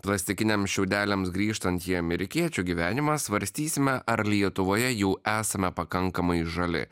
plastikiniams šiaudeliams grįžtant jį amerikiečių gyvenimą svarstysime ar lietuvoje jau esame pakankamai žali